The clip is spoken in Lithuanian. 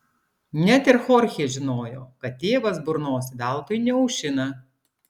net ir chorchė žinojo kad tėvas burnos veltui neaušina